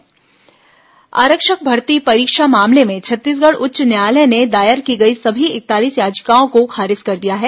high court आरक्षक भर्ती परीक्षा आरक्षक भर्ती परीक्षा मामले में छत्तीसगढ़ उच्च न्यायालय ने दायर की गई सभी इकतालीस याचिकाओं को खारिज कर दिया है